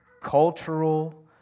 cultural